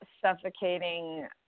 suffocating